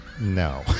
No